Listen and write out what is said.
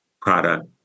product